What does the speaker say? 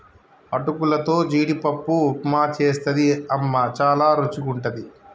అటుకులతో జీడిపప్పు ఉప్మా చేస్తది అమ్మ చాల రుచిగుంటది